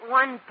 one